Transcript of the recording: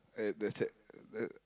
at the the